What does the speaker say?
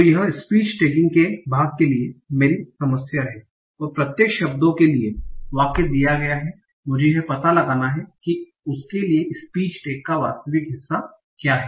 तो यह speech tagging के भाग के लिए मेरी समस्या है और प्रत्येक शब्दों के लिए वाक्य दिया गया है मुझे यह पता लगाना है कि उसके लिए स्पीच टैग का वास्तविक हिस्सा क्या है